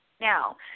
Now